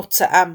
מוצאם